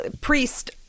priest